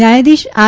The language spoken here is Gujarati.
ન્યાયાધીશ આર